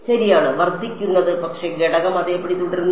ശരിയാണ് വർദ്ധിക്കുന്നത് പക്ഷേ ഘടകം അതേപടി തുടരുന്നു